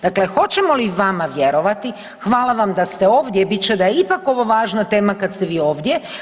Dakle, hoćemo li vama vjerovati, hvala vam da ste ovdje bit će da je ipak ovo važna tema kad ste vi ovdje.